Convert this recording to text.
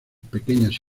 pequeñas